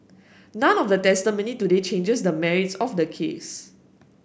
none of the testimony today changes the merits of the case